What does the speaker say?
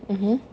mmhmm